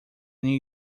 new